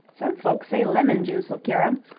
some folks say lemon-juice'll cure em.